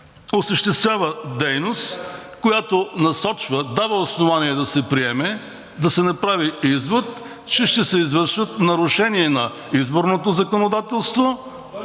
осъществява дейност, която насочва, дава основание да се приеме, да се направи извод, че ще се извършат нарушения на изборното законодателство